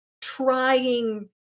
trying